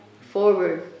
forward